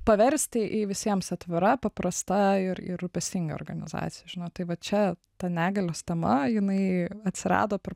paversti į visiems atvira paprasta ir ir rūpestinga organizacija žinot tai va čia ta negalios tema jinai atsirado per